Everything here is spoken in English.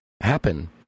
happen